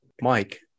Mike